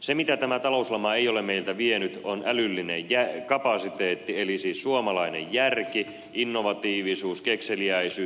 se mitä tämä talouslama ei ole meiltä vienyt on älyllinen kapasiteetti eli siis suomalainen järki innovatiivisuus kekseliäisyys